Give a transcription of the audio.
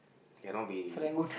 cannot be